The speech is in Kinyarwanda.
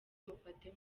mufate